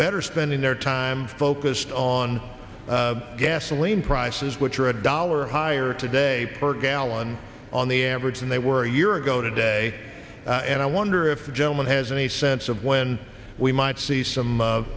better spending their time focused on gasoline prices which are a dollar higher today per gallon on the average than they were a year ago today and i wonder if the gentleman has any sense of when we might see some